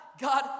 god